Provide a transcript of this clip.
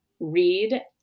read